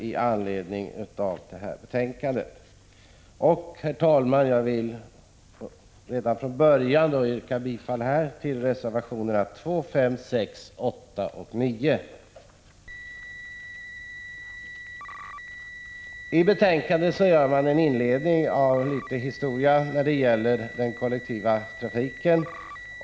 Redan från början vill jag, herr talman, yrka bifall till reservationerna 2, 5, 6, 8 och 9. I betänkandet återfinns en historieskrivning när det gäller den kollektiva trafiken.